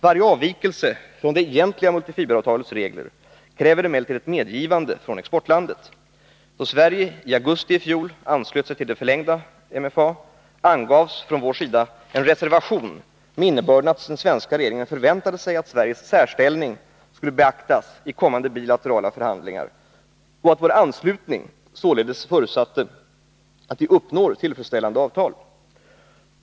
Varje avvikelse från det egentliga multifiberavtalets regler kräver emellertid ett medgivande från exportlandet. Då Sverige i augusti i fjol anslöt sig till det förlängda multifiberavtalet avgavs från svensk sida en reservation med innebörden att svenska regeringen förväntade sig att Sveriges särställning skulle beaktas i kommande bilaterala förhandlingar och att vår anslutning således förutsatte att vi uppnår tillfredsställande avtal.